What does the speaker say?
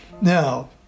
Now